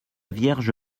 vierge